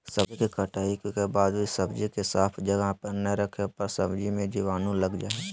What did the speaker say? सब्जी के कटाई के बाद सब्जी के साफ जगह ना रखे पर सब्जी मे जीवाणु लग जा हय